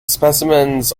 specimens